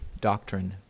doctrine